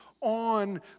on